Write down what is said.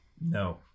No